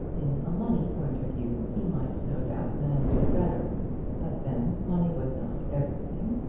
in a money point of view he might no doubt now do better but then money was not everything.